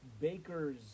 baker's